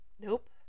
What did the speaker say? nope